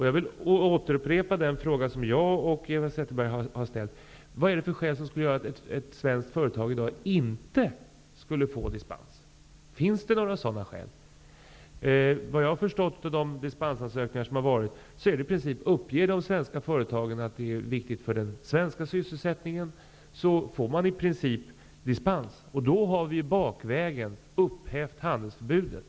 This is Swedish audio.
Jag vill återupprepa den fråga som jag och Eva Zetterberg har ställt: Vad finns det för skäl till att ett svenskt företag i dag inte kan få dispens? Finns det några sådana skäl? Vad jag har förstått, av de dispensansökningar som har inkommit, är det för de svenska företagen i princip bara att uppge att det för sysselsättningen i Sverige är viktigt att man får dispens, så får man det. Då har vi ju bakvägen upphävt handelsförbudet.